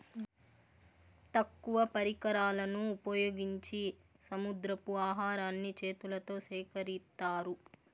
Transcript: తక్కువ పరికరాలను ఉపయోగించి సముద్రపు ఆహారాన్ని చేతులతో సేకరిత్తారు